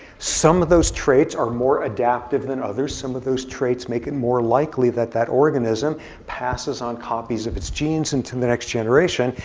some of those traits are more adaptive than others. some of those traits make it more likely that that organism passes on copies of its genes into the next generation.